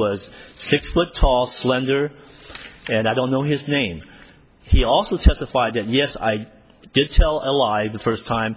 was six foot tall slender and i don't know his name he also testified that yes i did tell a lie the first time